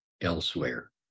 elsewhere